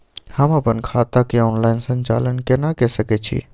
हम अपन खाता के ऑनलाइन संचालन केना के सकै छी?